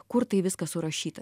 kur tai viskas surašyta